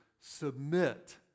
submit